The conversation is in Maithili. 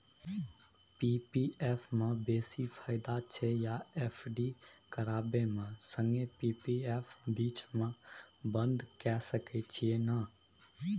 पी.पी एफ म बेसी फायदा छै या एफ.डी करबै म संगे पी.पी एफ बीच म बन्द के सके छियै न?